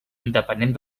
depenent